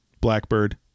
Blackbird